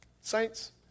Saints